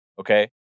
Okay